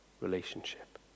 relationship